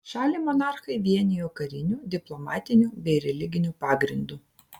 šalį monarchai vienijo kariniu diplomatiniu bei religiniu pagrindu